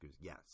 Yes